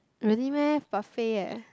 really meh buffet leh